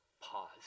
pause